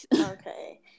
okay